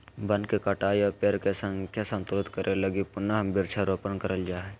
वन के कटाई और पेड़ के संख्या संतुलित करे लगी पुनः वृक्षारोपण करल जा हय